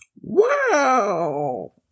Wow